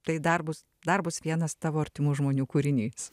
tai dar bus dar bus vienas tavo artimų žmonių kūrinys